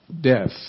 death